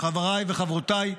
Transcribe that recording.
חבריי וחברותיי,